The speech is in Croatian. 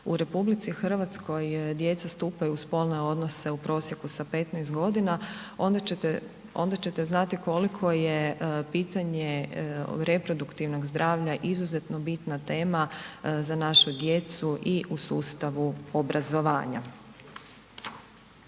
a to je da u RH djeca stupaju u spolne odnose u prosjeku sa 15 g., onda ćete znati koliko je pitanje reproduktivnog zdravlja izuzetno bitna tema za našu djecu i u sustavu obrazovanja.